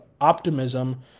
optimism